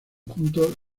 juntos